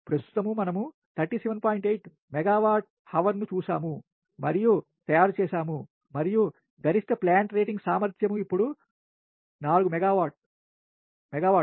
8 మెగావాట్ల గంటను చూశాము మరియు తయారు చేసాము మరియు గరిష్ట plant rating సామర్థ్యం ఇప్పుడు 4 మెగావాట్లు